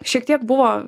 šiek tiek buvo